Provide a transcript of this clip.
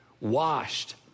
washed